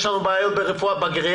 יש לנו בעיות בגריאטריה